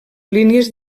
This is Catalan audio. línies